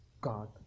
God